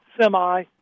semi